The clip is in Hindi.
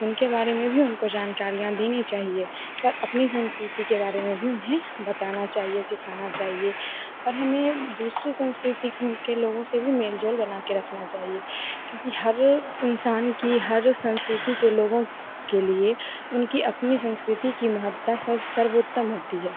उनके बारे में भी उनको जानकारियाँ देनी चाहिए पर अपनी संस्कृति के बारे में भी उन्हें बताना चाहिए सिखाना चाहिए और हमें दूसरे संस्कृति के लोगों से भी मेल जोल बनाकर रखना चाहिए क्योंकि हर इंसान की हर संस्कृति के लोगों के लिए उनकी अपनी संस्कृति की महत्ता सर्व सर्वोत्तम होती है